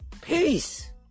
Peace